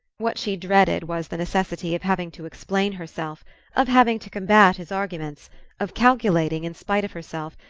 what she dreaded was the necessity of having to explain herself of having to combat his arguments of calculating, in spite of herself,